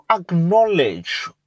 acknowledge